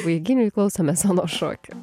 vaiginiui klausomės onos šokio